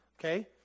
Okay